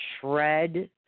shred